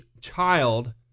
child